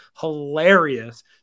hilarious